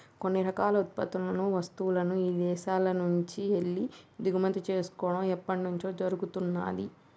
కొన్ని రకాల ఉత్పత్తులను, వస్తువులను ఇదేశాల నుంచెల్లి దిగుమతి చేసుకోడం ఎప్పట్నుంచో జరుగుతున్నాది